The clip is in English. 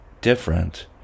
different